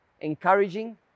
encouraging